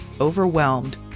overwhelmed